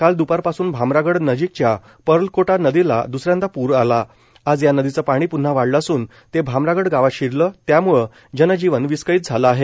काल द्पारपासून भामरागड नजीकच्या पर्लकोटा नदीला द्रसऱ्यांदा पूर आला आज या नदीचं पाणी प्न्हा वाढलं असून ते भामरागड गावात शिरलं त्याम्ळं जनजीवन विस्कळीत झालं आहे